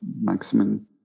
maximum